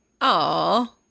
Aw